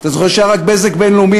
אתה זוכר שהייתה רק "בזק בינלאומי",